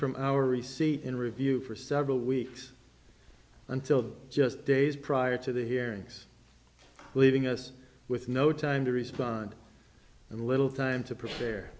from our receipt in review for several weeks until just days prior to the hearings leaving us with no time to respond and little time to prepare